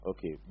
Okay